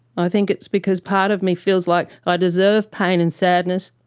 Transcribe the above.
i think it's because part of me feels like i deserve pain and sadness.